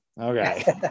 okay